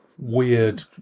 weird